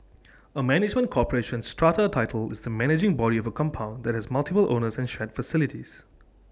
A management corporation strata title is the managing body of A compound that has multiple owners and shared facilities